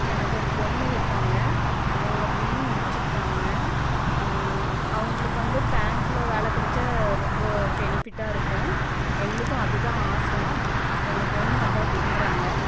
எனக்கு ஒரு பொண்ணு இருக்காங்கள் அவங்க பிஇ முடிச்சிருக்காங்க அவங்களுக்கு வந்து பேங்க்ல வேலை கிடச்சா ரொம்ப பெனிஃபிட்டாக இருக்கும் எங்களுக்கும் அதுதான் ஆசை எங்கள் பொண்ணும் அதுதான் விரும்புகிறாங்க